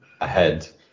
ahead